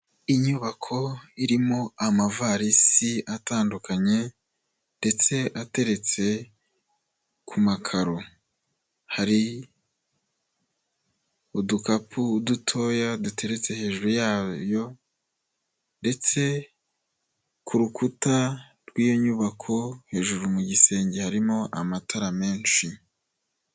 Inyubako irimo amavarisi atandukanye ndetse ateretse ku makaro, hari udukapu dutoya duteretse hejuru yayo ndetse ku rukuta rw'iyo nyubako hejuru mu gisenge harimo amatara menshi.